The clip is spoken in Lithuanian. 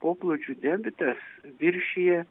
poplūdžių debitas viršija